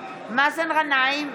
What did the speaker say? מאזן גנאים,